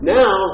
now